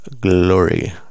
glory